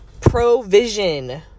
provision